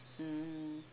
mm